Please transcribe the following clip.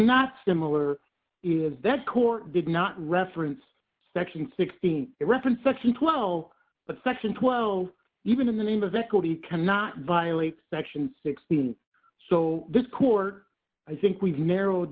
not similar is that court did not reference section sixteen reference such in twelve but section twelve even in the name of equity cannot violate section sixteen so this court i think we've narrowed